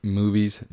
movies